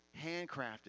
handcrafted